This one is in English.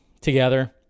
together